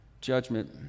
judgment